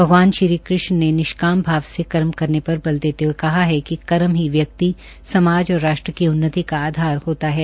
भगवान श्री कृष्ण ने निष्काम भाव से कर्म करने पर बल देते हए कहा है कि कर्म ही व्यक्ति समाज और राष्ट्र की उन्नति का आधार होता है